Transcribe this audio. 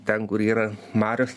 ten kur yra marios